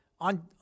on